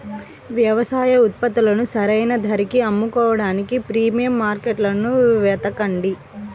వ్యవసాయ ఉత్పత్తులను సరైన ధరకి అమ్ముకోడానికి ప్రీమియం మార్కెట్లను వెతకండి